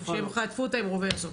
שהם חטפו אותה עם רובה איירסופט.